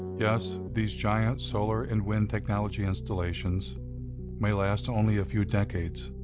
yes, these giant solar and wind technology installations may last only a few decades,